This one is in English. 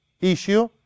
issue